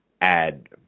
add